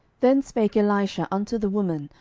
then spake elisha unto the woman,